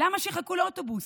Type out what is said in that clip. למה שיחכו לאוטובוס?